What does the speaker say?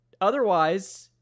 otherwise